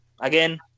again